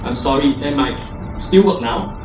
i'm sorry, they might still work now,